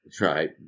Right